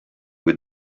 with